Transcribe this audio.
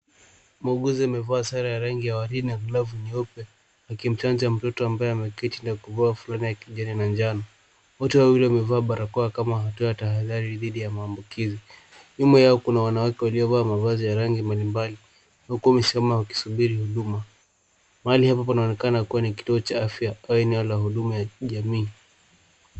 Muuguzi amevaa sare ya rangi ya ua ridi na glovu nyeupe akimchanja mtoto ambaye ameketi na kuvaa fulana ya kijani na njano. Wote wawili wamevaa barakoa kama hatua ya tahadhari dhidi ya maambukizi. Nyuma yao kuna wanawake waliovaa mavazi ya rangi mbalimbali huku wamesimama wakisubiri huduma. Mahali hapa panaonekana kuwa ni kituo cha afya au eneo la huduma ya jamii.